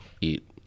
eat